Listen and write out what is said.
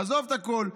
עזוב את הכול,